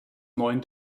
neuen